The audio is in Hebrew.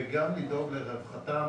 וגם לדאוג לרווחתם